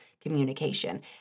communication